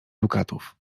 dukatów